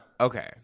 okay